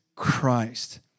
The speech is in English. Christ